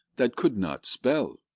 that could not spell.